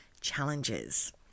challenges